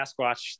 Sasquatch